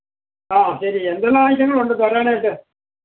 ആഹ് ശരി എന്തുന്നാവശ്യങ്ങളുണ്ട് തരാനായിട്ട്